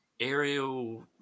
aerial